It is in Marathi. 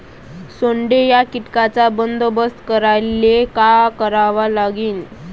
सोंडे या कीटकांचा बंदोबस्त करायले का करावं लागीन?